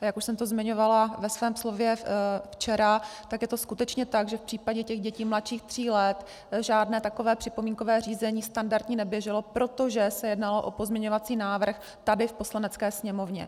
A jak už jsem to zmiňovala ve svém slově včera, tak je to skutečně tak, že v případě dětí mladších tří let žádné takové připomínkové řízení standardní neběželo, protože se jednalo o pozměňovací návrh tady v Poslanecké sněmovně.